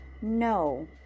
No